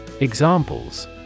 Examples